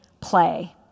play